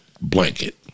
blanket